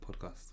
podcast